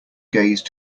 gaze